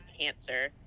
cancer